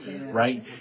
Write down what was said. right